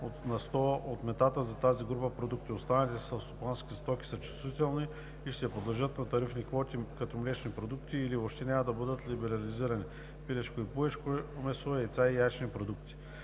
от митата за тази група продукти. Останалите селскостопански стоки са чувствителни и ще подлежат на тарифни квоти (млечни продукти) или въобще няма да бъдат либерализирани (пилешко и пуешко месо, яйца и яйчни продукти).